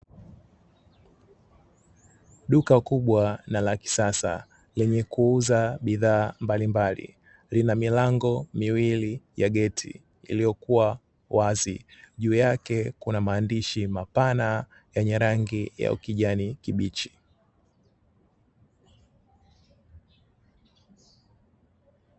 Duka kubwa na la kisasa lenye kuuza bidhaa mbalimbali lina milango miwili ya geti iliyo kuwa wazi, juu yake kuna maandishi mapana yenye rangi ya ukijani kibichi.